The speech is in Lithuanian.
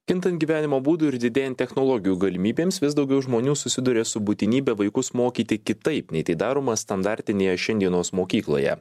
kintant gyvenimo būdui ir didėjant technologijų galimybėms vis daugiau žmonių susiduria su būtinybe vaikus mokyti kitaip nei tai daroma standartinėje šiandienos mokykloje